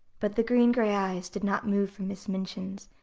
but the green-gray eyes did not move from miss minchin's,